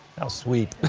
how sweet.